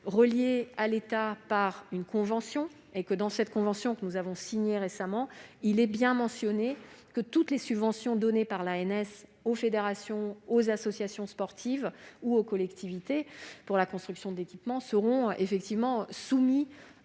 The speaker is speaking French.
reliée à l'État par une convention. Cette convention, que nous avons signée récemment, mentionne que toutes les subventions octroyées par l'ANS aux fédérations, aux associations sportives ou aux collectivités pour la construction d'équipements seront soumises